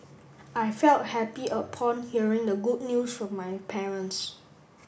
I felt happy upon hearing the good news from my parents